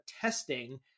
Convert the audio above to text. testing